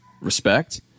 respect